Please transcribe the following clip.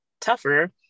tougher